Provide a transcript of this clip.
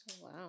Wow